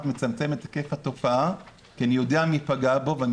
מצמצם את היקף התופעה כי אני יודע מי פגע בו ואני